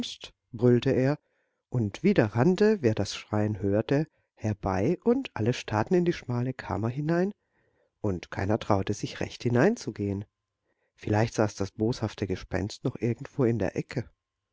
brüllte er und wieder rannte wer das schreien hörte herbei und alle starrten in die schmale kammer hinein und keiner traute sich recht hineinzugehen vielleicht saß das boshafte gespenst noch irgendwo in der ecke